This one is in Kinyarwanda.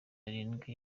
arindwi